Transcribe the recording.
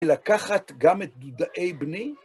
ולקחת גם את דודאי בני?